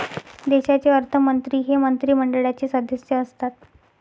देशाचे अर्थमंत्री हे मंत्रिमंडळाचे सदस्य असतात